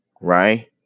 Right